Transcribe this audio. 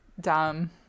Dumb